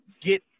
get